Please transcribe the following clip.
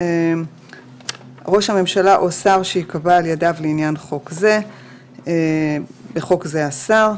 3. "(א)ראש הממשלה או שר שייקבע על ידיו לעניין חוק זה (בחוק זה השר),